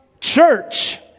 church